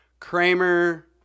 Kramer